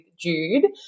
Jude